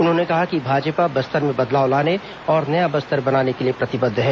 उन्होंने कहा कि भाजपा बस्तर में बदलाव लाने और नया बस्तर बनाने के लिए प्रतिबद्ध है